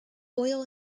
oil